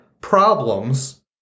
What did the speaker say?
problems